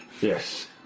Yes